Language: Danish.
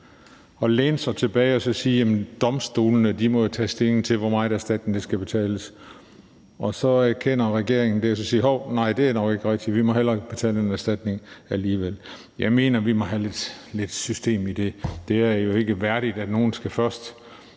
at læne sig tilbage og sige, at domstolene må tage stilling til, hvor meget erstatning der skal betales. Og så erkender regeringen det, og så siger man: Hov, nej, det er nok ikke rigtigt, vi må hellere betale en erstatning alligevel. Jeg mener, vi må have lidt system i det. Det er jo ikke værdigt, at nogle først